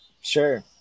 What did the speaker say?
Sure